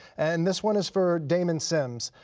and this one is for damon sims.